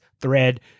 thread